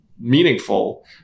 meaningful